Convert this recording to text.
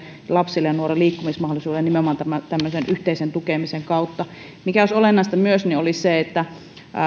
lapsille ja nuorille liikkumismahdollisuuden nimenomaan yhteisen tukemisen kautta mikä olisi olennaista myös olisi se että